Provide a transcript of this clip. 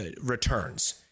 returns